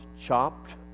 chopped